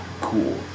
cool